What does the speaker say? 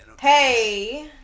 hey